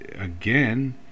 again